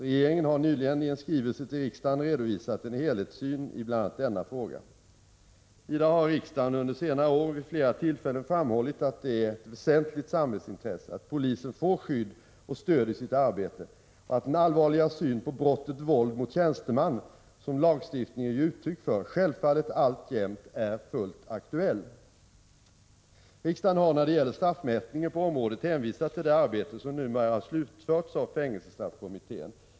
Regeringen har nyligen i en skrivelse till riksdagen redovisat en helhetssyn i bl.a. denna fråga. Vidare har riksdagen under senare år vid flera tillfällen framhållit att det är ett väsentligt samhällsintresse att polisen får skydd och stöd i sitt arbete och att den allvarliga syn på brottet våld mot tjänsteman som lagstiftningen ger uttryck för självfallet alltjämt är fullt aktuell. Riksdagen har, när det gäller straffmätningen på området, hänvisat till det arbete som numera har slutförts av fängelsestraffkommittén.